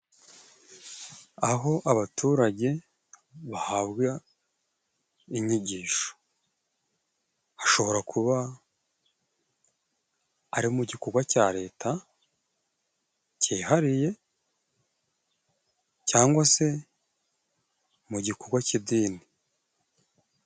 Aho abaturage bahabwa inyigisho, hashobora kuba ari mu gikorwa cya Leta cyihariye cyangwa se mu gikorwa cy'idini.